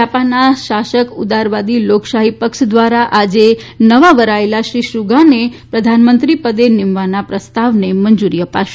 જાપાનના શાસક ઉદારવાદી લોકશાહી પક્ષ દ્વારા આજે નવા વરાયેલા શ્રી સુગાને પ્રધાનમંત્રીપદે નિમવાના પ્રસ્તાવને મંજૂરી અપાશે